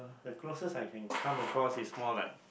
the closest I can come across is more like